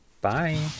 Bye